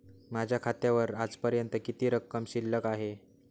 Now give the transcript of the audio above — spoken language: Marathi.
माझ्या खात्यावर आजपर्यंत किती रक्कम शिल्लक आहे?